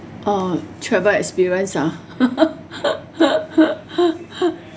uh travel experience ah